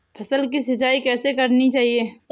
फसल की सिंचाई कैसे करनी चाहिए?